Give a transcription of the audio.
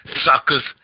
suckers